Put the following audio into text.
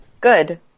Good